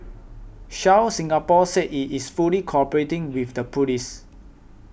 shell Singapore said it is fully cooperating with the police